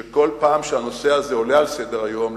כל פעם שהנושא עולה על סדר-היום,